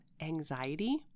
anxiety